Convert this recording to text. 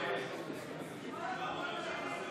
נתקבלה.